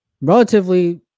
relatively